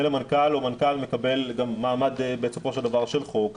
מנכ"ל או מנכ"ל מקבל מעמד בסופו של דבר של חוק,